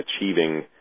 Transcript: achieving